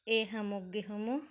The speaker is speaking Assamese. এই সামগ্ৰীসমূহ